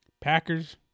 Packers